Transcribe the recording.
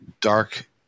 dark